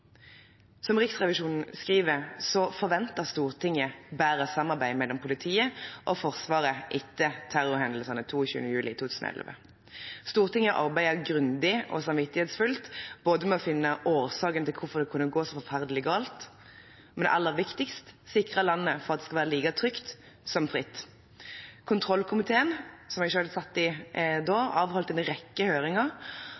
Som Riksrevisjonen skriver, forventer Stortinget bedre samarbeid mellom politiet og Forsvaret etter terrorhendelsene 22. juli 2011. Stortinget arbeidet grundig og samvittighetsfullt både med å finne årsaken til hvorfor det kunne gå så forferdelig galt, og – aller viktigst – med å sikre landet slik at det skal være like trygt som fritt. Kontrollkomiteen, som jeg selv satt i